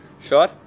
Sure